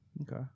Okay